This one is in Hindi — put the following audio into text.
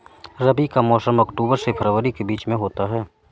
रबी का मौसम अक्टूबर से फरवरी के बीच में होता है